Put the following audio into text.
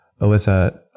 Alyssa